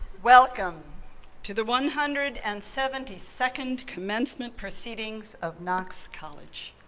welcome to the one hundred and seventy second commencement proceedings of knox college.